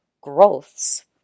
growths